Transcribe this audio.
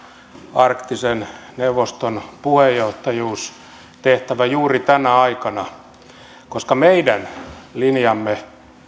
arktisen neuvoston puheenjohtajuustehtävä juuri tänä aikana koska meidän linjamme